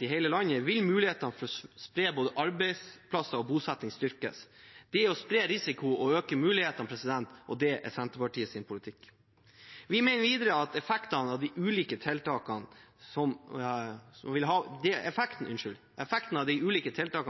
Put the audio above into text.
hele landet vil mulighetene for å spre både arbeidsplasser og bosetting styrkes. Det er å spre risiko og øke mulighetene, og det er Senterpartiets politikk. Vi mener videre at effekten de ulike tiltakene